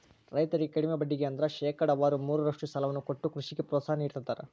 ರೈತರಿಗೆ ಕಡಿಮೆ ಬಡ್ಡಿಗೆ ಅಂದ್ರ ಶೇಕಡಾವಾರು ಮೂರರಷ್ಟು ಸಾಲವನ್ನ ಕೊಟ್ಟು ಕೃಷಿಗೆ ಪ್ರೋತ್ಸಾಹ ನೀಡ್ತದರ